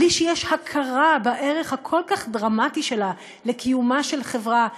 בלי שיש הכרה בערך הכל-כך דרמטי שלה לקיומה של חברה,